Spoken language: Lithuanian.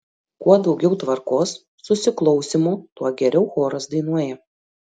kuo daugiau tvarkos susiklausymo tuo geriau choras dainuoja